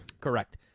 Correct